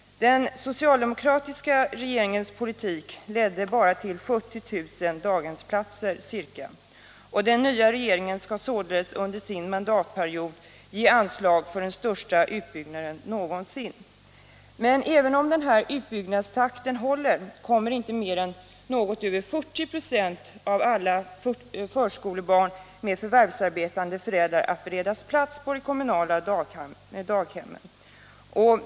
Den socialdemokratiska regeringens politik ledde bara till ca 70 000 daghemsplatser. Den nya regeringen skall således under sin mandatperiod ge anslag för den största utbyggnaden någonsin. Men även om denna utbyggnadstakt håller kommer inte mer än något över 40 926 av alla förskolebarn med förvärvsarbetande föräldrar att beredas plats på de kommunala daghemmen.